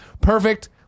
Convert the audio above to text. perfect